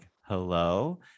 hello